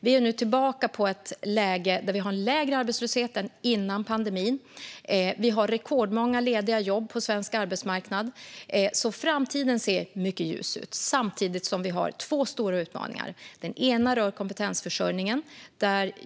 Vi är tillbaka på en lägre arbetslöshet än före pandemin. Vi har rekordmånga lediga jobb på svensk arbetsmarknad. Framtiden ser alltså mycket ljus ut. Samtidigt har vi två stora utmaningar. Den ena rör kompetensförsörjningen.